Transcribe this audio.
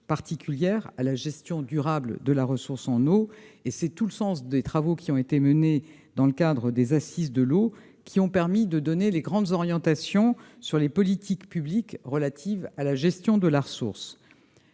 particulière à la gestion durable de la ressource en eau. C'est tout le sens des travaux menés dans le cadre des Assises de l'eau, qui ont permis de donner les grandes orientations sur les politiques publiques relatives à la gestion de la ressource.